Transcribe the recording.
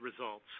results